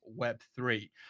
Web3